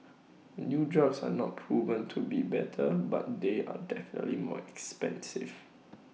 and new drugs are not proven to be better but they are definitely more expensive